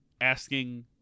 asking